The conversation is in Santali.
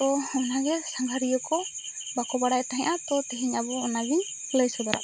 ᱛᱚ ᱚᱱᱟ ᱜᱮ ᱥᱟᱝᱜᱷᱟᱨᱤᱭᱟᱹ ᱠᱚ ᱵᱟᱠᱚ ᱵᱟᱲᱟᱭ ᱛᱟᱦᱮᱸᱜᱼᱟ ᱛᱚ ᱛᱮᱦᱮᱧ ᱟᱵᱚ ᱚᱱᱟ ᱜᱤᱧ ᱞᱟᱹᱭ ᱥᱚᱫᱚᱨᱼᱟᱜ ᱵᱚᱱᱟ